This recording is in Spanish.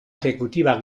ejecutiva